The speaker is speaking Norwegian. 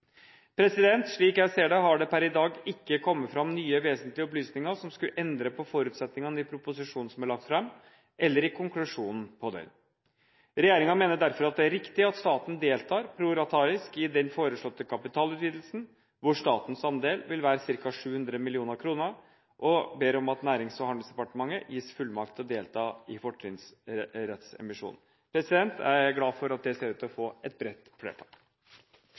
Slik jeg ser det, har det per i dag ikke kommet fram nye vesentlige opplysninger som skulle endre på forutsetningene i proposisjonen som er lagt fram eller i konklusjonen på den. Regjeringen mener derfor at det er riktig at staten deltar proratarisk i den foreslåtte kapitalutvidelsen hvor statens andel vil være ca. 700 mill. kr, og ber om at Nærings- og handelsdepartementet gis fullmakt til å delta i fortrinnsrettsemisjonen. Jeg er glad for at det ser ut til å bli et bredt flertall.